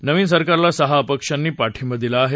नवीन सरकारला सहा अपक्षांनी पाठिंबा दिला आहे